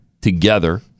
together